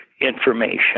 information